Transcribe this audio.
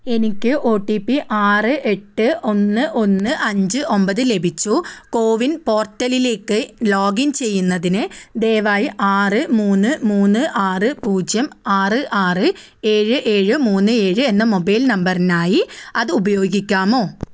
എനിക്ക് O T P ആറ് എട്ട് ഒന്ന് ഒന്ന് അഞ്ച് ഒമ്പത് ലഭിച്ചു കോവിൻ പോർട്ടലിലേക്ക് ലോഗിൻ ചെയ്യുന്നതിന് ദയവായി ആറ് മൂന്ന് മൂന്ന് ആറ് പൂജ്യം ആറ് ആറ് ഏഴ് ഏഴ് മൂന്ന് ഏഴ് എന്ന മൊബൈൽ നമ്പറിനായി അത് ഉപയോഗിക്കാമോ